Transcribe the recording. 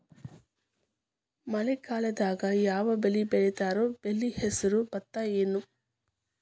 ಮಳೆಗಾಲದಾಗ್ ಯಾವ್ ಬೆಳಿ ಬೆಳಿತಾರ, ಬೆಳಿ ಹೆಸರು ಭತ್ತ ಏನ್?